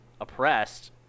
oppressed –